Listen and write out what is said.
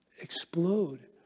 explode